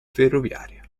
ferroviaria